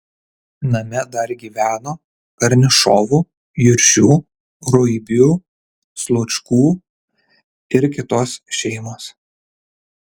name dar gyveno karnišovų juršių ruibių slučkų ir kitos šeimos